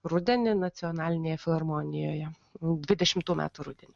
rudenį nacionalinėje filharmonijoje dvidešimtų metų rudenį